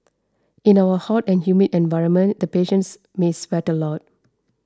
in our hot and humid environment the patients may sweat a lot